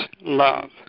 love